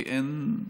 כי אין,